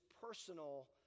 personal